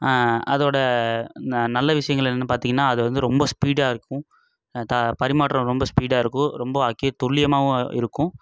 அதோடு ந நல்ல விஷயங்கள் என்னன்னு பார்த்திங்கன்னா அது வந்து ரொம்ப ஸ்பீடாக இருக்கும் த பரிமாற்றம் ரொம்ப ஸ்பீடாக இருக்கும் ரொம்ப அக்கி துல்லியமாகவும் இருக்கும்